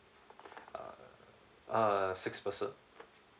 uh six person